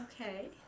Okay